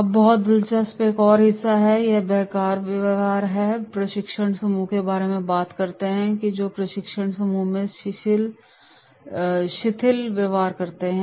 अब बहुत दिलचस्प एक और हिस्सा है और यह बेकार व्यवहार और प्रशिक्षण समूह के बारे में बात करता है जो प्रशिक्षण समूह में शिथिल व्यवहार है